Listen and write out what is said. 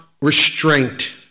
restraint